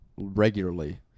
regularly